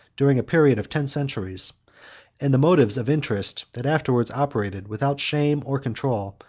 during a period of ten centuries and the motives of interest, that afterwards operated without shame or control,